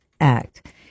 Act